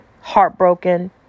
heartbroken